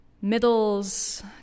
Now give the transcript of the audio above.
Middles